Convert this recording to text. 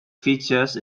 featured